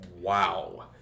Wow